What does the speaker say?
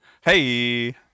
hey